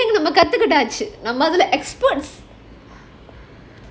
quilling நம்ம கத்துக்கிட்டாச்சு நம்ம அதுல:namma kathukitaachu namma adhula experts